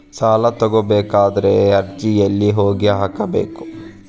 ಸಾಲ ತಗೋಬೇಕಾದ್ರೆ ಅರ್ಜಿ ಎಲ್ಲಿ ಹೋಗಿ ಹಾಕಬೇಕು?